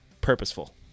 purposeful